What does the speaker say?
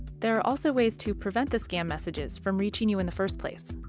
there are also ways to prevent the scam messages from reaching you in the first place.